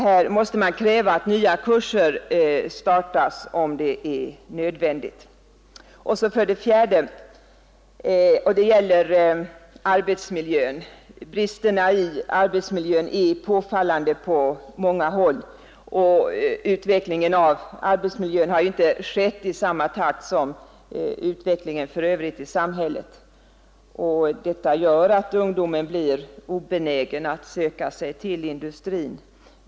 Här måste man kräva att nya kurser startas, där detta är nödvändigt. För det fjärde: Bristerna i arbetsmiljön är på många håll påfallande. Utvecklingen av arbetsmiljön har inte skett i samma takt som samhällsutvecklingen i övrigt. Detta gör att ungdomarna blivit obenägna att söka sig till industrin.